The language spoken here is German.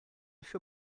für